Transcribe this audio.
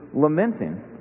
lamenting